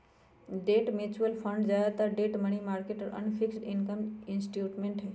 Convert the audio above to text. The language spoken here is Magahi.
डेट म्यूचुअल फंड ज्यादातर डेट, मनी मार्केट और अन्य फिक्स्ड इनकम इंस्ट्रूमेंट्स हई